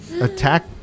attack